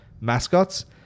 mascots